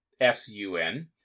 S-U-N